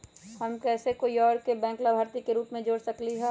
हम कैसे कोई और के बैंक लाभार्थी के रूप में जोर सकली ह?